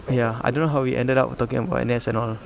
ya I don't know how we ended up talking about N_S and all